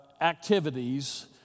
activities